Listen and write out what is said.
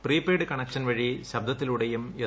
prepaid connection വഴി ശബ്ദത്തിലൂടെയും S